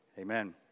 Amen